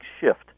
shift